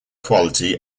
quality